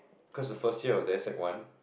cause the first year I was there sec one